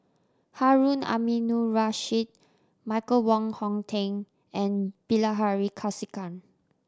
Harun Aminurrashid Michael Wong Hong Teng and Bilahari Kausikan